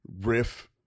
riff